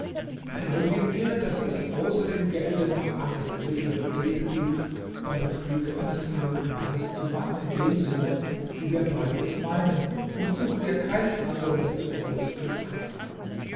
zeige mir daß es außer dem gelde noch andere mittel und wege gibt um das glück eines armen mannes zu machen in dem sinne wie wir beide es meinen und suche dir keinen anderen dazu aus als hasan